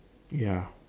ya